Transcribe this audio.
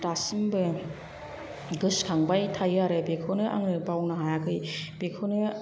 दासिमबो गोसखांबाय थायो आरो बेखौनो आङो बावनो हायाखै बेखौनो